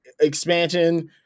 expansion